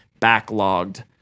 backlogged